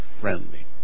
friendly